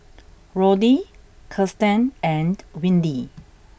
Roddy Kiersten and Windy